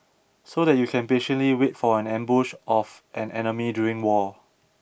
so that you can patiently wait for an ambush of an enemy during war